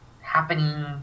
happening